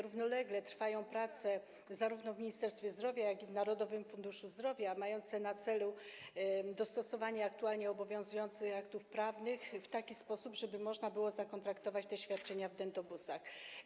Równolegle trwają prace, zarówno w Ministerstwie Zdrowia, jak i w Narodowym Funduszu Zdrowia, mające na celu dostosowanie aktualnie obowiązujących aktów prawnych w taki sposób, żeby można było zakontraktować świadczenia udzielane w dentobusach.